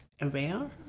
aware